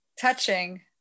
touching